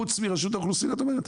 חוץ מרשות האוכלוסין את אומרת?